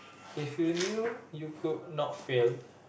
if you knew you could not fail